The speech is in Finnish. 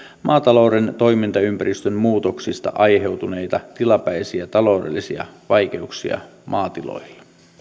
maatalouden toimintaympäristön muutoksista aiheutuneita tilapäisiä taloudellisia vaikeuksia maatiloilla